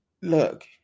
Look